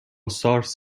سارس